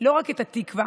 לא רק את 'התקווה'